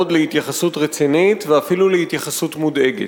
להתייחסות רצינית ואפילו להתייחסות מודאגת.